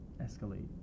escalate